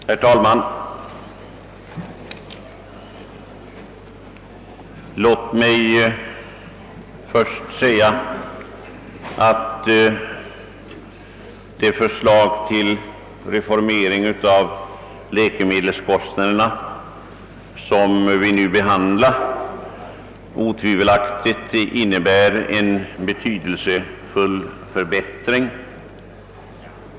Herr talman! Låt mig först säga att det förslag till reformering av ersättningen för läkemedelskostnader, som vi nu behandlar, otvivelaktigt innebär betydelsefulla förbättringar.